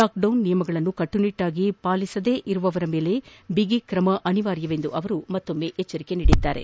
lockdown ನಿಯಮಗಳನ್ನು ಕಟ್ಟುನಿಟ್ಟಾಗಿ ಪಾಲಿಸದವರ ಮೇಲೆ ಬಿಗಿ ಕ್ರಮ ಅನಿವಾರ್ಯವೆಂದು ಅವರು ಎಚ್ಚರಿಕೆ ನೀಡಿದ್ದಾರೆ